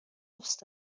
دوست